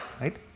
right